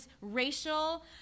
racial